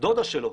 דודה שלו,